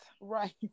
Right